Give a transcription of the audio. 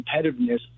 competitiveness